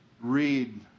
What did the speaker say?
read